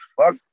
Fuck